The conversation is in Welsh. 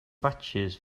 fatsis